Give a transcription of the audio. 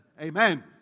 Amen